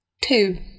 Two